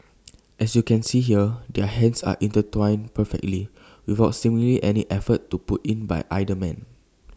as you can see here their hands are intertwined perfectly without seemingly any effort to put in by either man